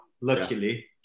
luckily